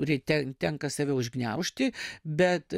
ryte tenka save užgniaužti bet